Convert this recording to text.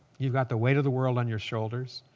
you've got the weight of the world on your shoulders.